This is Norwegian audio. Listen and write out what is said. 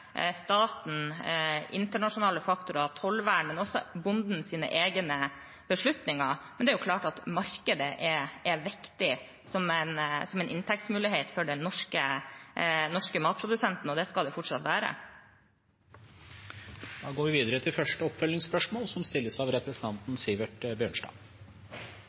staten, internasjonale faktorer, tollvern og bondens egne beslutninger. Men det er klart at markedet er viktig som en inntektsmulighet for den norske matprodusenten, og det skal det fortsatt være. Sivert Bjørnstad – til oppfølgingsspørsmål.